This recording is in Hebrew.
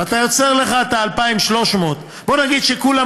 ואתה יוצר לך 2,300. בוא נגיד שכולם